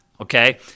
okay